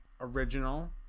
original